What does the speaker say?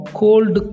cold